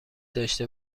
داشته